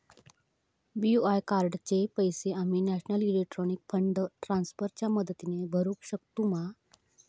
BOI कार्डाचे पैसे आम्ही नेशनल इलेक्ट्रॉनिक फंड ट्रान्स्फर च्या मदतीने भरुक शकतू मा?